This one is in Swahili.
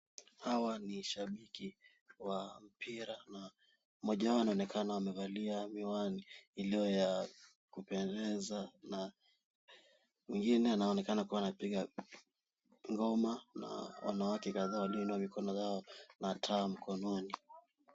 Hawa ni shabiki wa mpira, na moja yao anonekana amevalia miwani iliyo ya kupendeza na mwingine anaonekana kuwa anakipiga ngoma na wanawake kadhaa walioinua mikono zao na taa mkononi.